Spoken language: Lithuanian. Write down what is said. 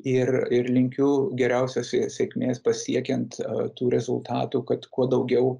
ir ir linkiu geriausios sėkmės pasiekiant tų rezultatų kad kuo daugiau